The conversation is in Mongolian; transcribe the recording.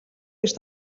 гэж